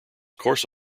course